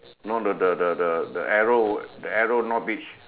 no the the the the the arrow the arrow north beach